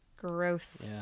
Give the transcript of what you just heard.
Gross